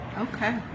Okay